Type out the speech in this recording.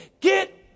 get